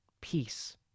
peace